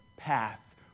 path